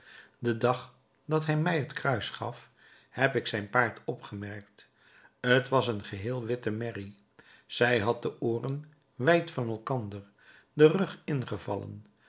den dag dat hij mij het kruis gaf heb ik zijn paard opgemerkt t was een geheel witte merrie zij had de ooren wijd van elkander den rug ingevallen